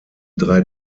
drei